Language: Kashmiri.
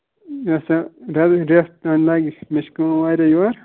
لیکھ سا گرِچ ڈفتھ مےٚ ون سا نہ مےٚ چھِ کٲم واریاہ یور